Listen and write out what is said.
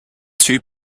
two